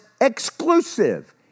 exclusive